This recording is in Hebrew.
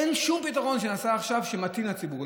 אין שום פתרון שנעשה עכשיו שמתאים לציבור.